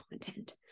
content